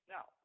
Now